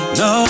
no